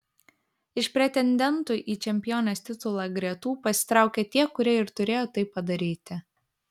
iš pretendentų į čempionės titulą gretų pasitraukė tie kurie ir turėjo tai padaryti